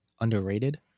underrated